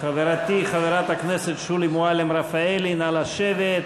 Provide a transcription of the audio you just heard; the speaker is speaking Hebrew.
חברתי חברת הכנסת שולי מועלם-רפאלי, נא לשבת.